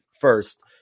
first